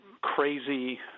crazy